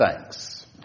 thanks